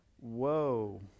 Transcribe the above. Whoa